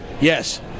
Yes